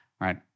right